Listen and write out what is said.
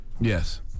yes